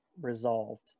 resolved